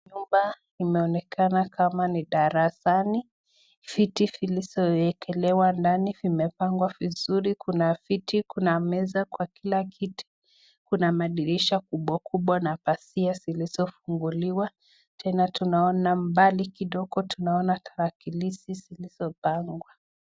Nyumba imeonekana kama ni darasani. Viti vilizowekelewa ndani vimepangwa vizuri. Kuna viti, kuna meza kwa kila kiti. Kuna madirisha kubwa kubwa na pazia zilizofunguliwa. Tena tunaona mbali kidogo, tunaona tarakilishi zilizopangwa.